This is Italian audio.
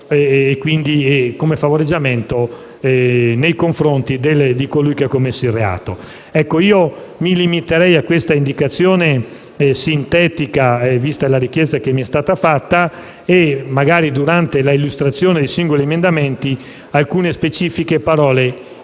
oppure come favoreggiamento nei confronti di colui che ha commesso il reato. Mi limiterei a queste indicazioni sintetiche, vista la richiesta che mi è stata fatta, e magari, durante l'illustrazione dei singoli emendamenti, potrò dire alcune specifiche parole